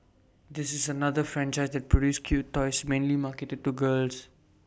this is another franchise that produced cute toys mainly marketed to girls